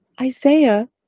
isaiah